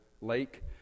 Lake